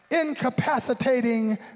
incapacitating